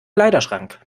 kleiderschrank